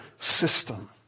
system